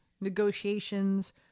negotiations